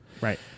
Right